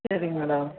சரிங் மேடம்